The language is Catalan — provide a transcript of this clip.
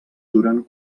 duren